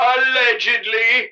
Allegedly